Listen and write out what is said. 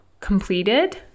completed